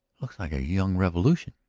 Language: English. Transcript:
looks like a young revolution!